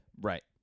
Right